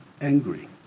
angry